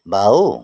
বাওঁ